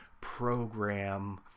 program